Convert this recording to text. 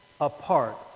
apart